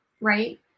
right